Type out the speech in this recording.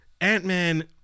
Ant-Man